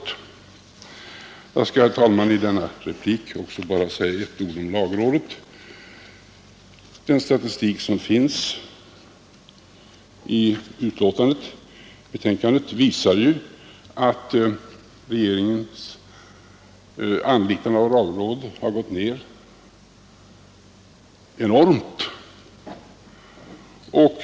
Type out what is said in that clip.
Jag skall, herr talman, i denna replik bara säga några ord också om lagrådet. Den statistik som finns i betänkandet visar att regeringens anlitande av lagrådet har gått ned enormt.